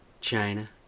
China